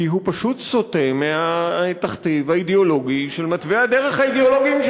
כי הוא פשוט סוטה מהתכתיב האידיאולוגי של מתווי הדרך האידיאולוגיים של